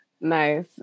Nice